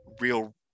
real